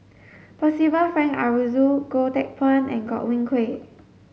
Percival Frank Aroozoo Goh Teck Phuan and Godwin Koay